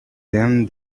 then